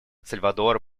сальвадор